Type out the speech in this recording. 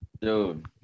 dude